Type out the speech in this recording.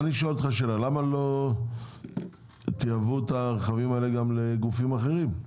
למה לא תייבאו את הרכבים האלה גם לגופים אחרים,